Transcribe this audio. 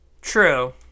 True